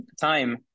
time